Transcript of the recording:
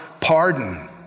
pardon